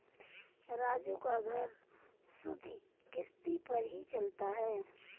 राजू का घर सुधि किश्ती पर ही चलता है